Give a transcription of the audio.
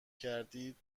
کردید